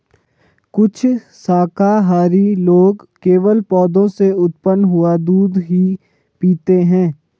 कुछ शाकाहारी लोग केवल पौधों से उत्पन्न हुआ दूध ही पीते हैं